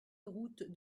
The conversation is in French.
route